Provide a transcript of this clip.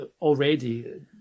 already